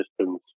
systems